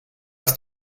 ist